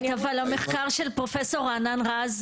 אבל המחקר של פרופסור רענן רז,